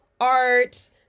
art